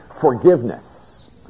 forgiveness